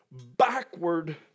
backward